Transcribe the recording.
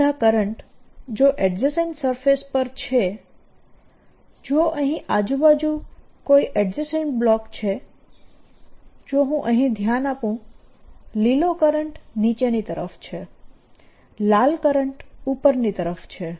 આ બધા કરંટ જે એડજેસેંટ સરફેસ પર છે જો અહીં આજુબાજુ કોઈ એડજેસેંટ બ્લોક છે જો હું અહીં ધ્યાન આપું લીલો કરંટ નીચેની તરફ છે લાલ કરંટ ઉપરની તરફ છે